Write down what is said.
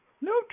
No